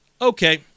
Okay